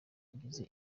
agize